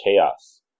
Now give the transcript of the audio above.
chaos